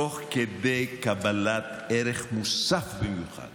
תוך כדי קבלת ערך מוסף במיוחד